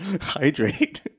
hydrate